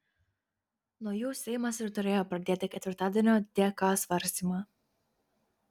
nuo jų seimas ir turėjo pradėti ketvirtadienio dk svarstymą